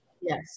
Yes